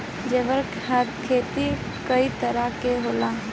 जैविक खेती कए तरह के होखेला?